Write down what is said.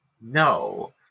no